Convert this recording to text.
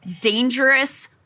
dangerous